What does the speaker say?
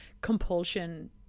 Compulsion